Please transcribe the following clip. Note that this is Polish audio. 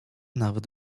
nawet